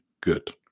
good